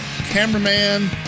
cameraman